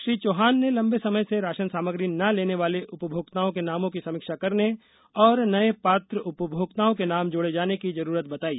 श्री चौहान ने लंबे समय से राशन सामग्री न लेने वाले उपभोक्ताओं के नामों की समीक्षा करने और नये पात्र उपभोक्ताओं के नाम जोड़े जाने की जरूरत बताई